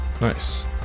Nice